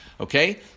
okay